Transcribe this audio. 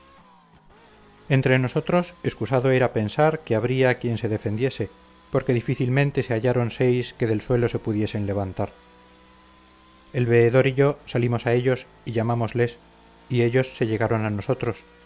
entre nosotros excusado era pensar que habría quien se defendiese porque difícilmente se hallaron seis que del suelo se pudiesen levantar el veedor y yo salimos a ellos y llamámosles y ellos se llegaron a nosotros